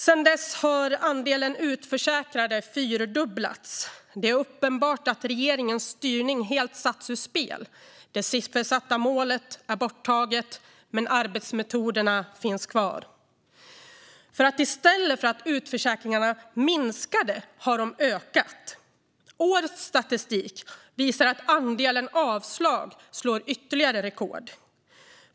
Sedan dess har andelen utförsäkrade fyrdubblats. Det är uppenbart att regeringens styrning helt har satts ur spel. Det siffersatta målet är borttaget, men arbetsmetoderna finns kvar. I stället för en minskning av antalet utförsäkringar har de ökat. Årets statistik visar att andelen avslag slår ytterligare rekord.